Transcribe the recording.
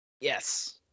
Yes